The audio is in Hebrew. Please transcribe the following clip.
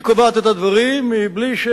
היא קובעת את הדברים בלי,